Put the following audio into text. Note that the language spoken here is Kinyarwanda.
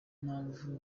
mpamvu